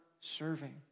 serving